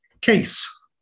case